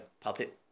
puppet